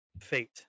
Fate